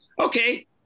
Okay